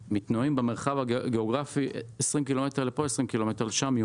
אנשים מתנועעים במרחב הגיאוגרפי 20 קילומטר לפה ולשם.